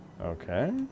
Okay